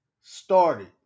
Started